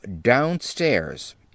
downstairs